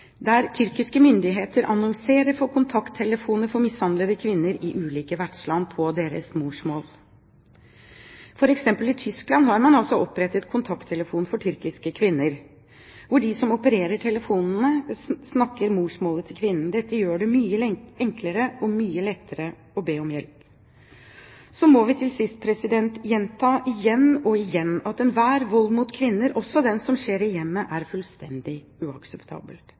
der tyrkiske myndigheter annonserer for kontakttelefoner for mishandlede kvinner i ulike vertsland på deres morsmål. For eksempel i Tyskland har man opprettet kontakttelefon for tyrkiske kvinner, hvor de som opererer telefonene, snakker morsmålet til kvinnen. Dette gjør det mye enklere og mye lettere å be om hjelp. Så må vi til sist gjenta igjen og igjen at enhver vold mot kvinner, også den som skjer i hjemmet, er fullstendig